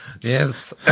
Yes